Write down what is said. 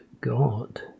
God